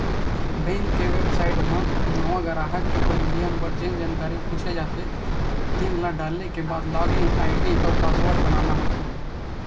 bank के website म नवा गराहक के पंजीयन बर जेन जानकारी पूछे जाथे तेन ल डाले के बाद लॉगिन आईडी अउ पासवर्ड बनाना होथे